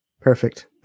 Perfect